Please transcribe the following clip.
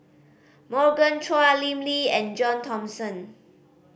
Morgan Chua Lim Lee and John Thomson